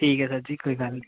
ठीक ऐ सर जी कोई गल्ल निं